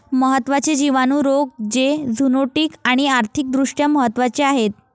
महत्त्वाचे जिवाणू रोग जे झुनोटिक आणि आर्थिक दृष्ट्या महत्वाचे आहेत